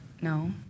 No